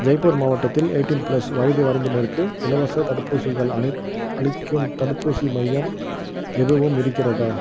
ஜெய்ப்பூர் மாவட்டத்தில் eighteen plus வயது வரம்பினருக்கு இலவசத் தடுப்பூசிகள் அளிக்கும் தடுப்பூசி மையம் எதுவும் இருக்கிறதா